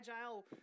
agile